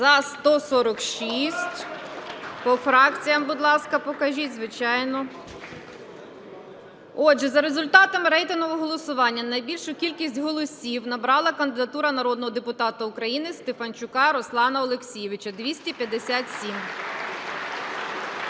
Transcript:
За-146 По фракціях, будь ласка, покажіть, звичайно. Отже, за результатами рейтингового голосування найбільшу кількість голосів набрала кандидатура народного депутата України Стефанчука Руслана Олексійовича – 257.